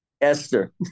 Esther